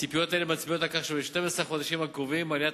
ציפיות אלה מצביעות על כך שב-12 החודשים הקרובים עליית